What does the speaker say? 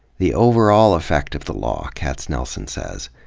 the overall effect of the law, katznelson says,